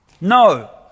No